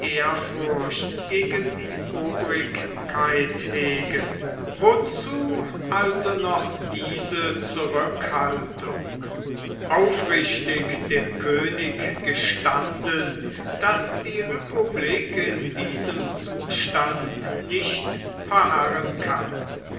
ehrfurcht gegen die obrigkeit hegen wozu also noch diese zurückhaltung aufrichtig dem könig gestanden daß die republik in diesem zustand nicht verharren kann